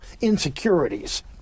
insecurities